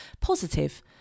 positive